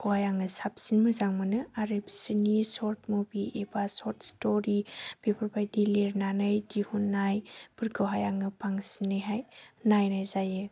आङो साबसिन मोजां मोनो आरो बिसोरनि शर्ट मुभि एबा शर्ट स्टरि बेफोरबायदि लिरनानै दिहुननायफोरखौहाय आङो बांसिनैहाय नायनाय जायो